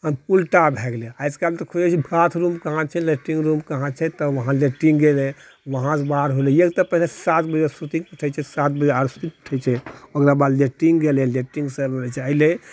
उल्टा भै गेलैय आइकल्हि तऽ खोजैत छै बाथरूम कहाँ छै लेट्रिन रूम कहाँ छै तऽ वहाँ लेट्रिन गेलय वहाँसँ बाहर होलय तऽ पहिले तऽ सात बजे सुतिके उठैत छै सात बजे उठैत छै ओकरा बाद लेट्रिन गेलय लेट्रिनसँ अइले